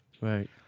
right